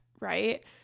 right